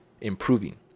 improving